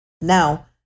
Now